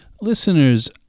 listeners